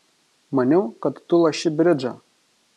maniau kad tu loši bridžą